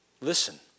Listen